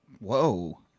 Whoa